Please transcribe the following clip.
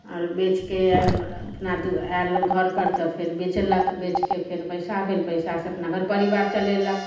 और बेचके अपना आयल घर पर तऽ फेर बेचलक बेचके फेर पैसा भेल पैसा से अपना घर परिवार चलेलक